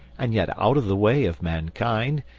and yet out of the way of mankind,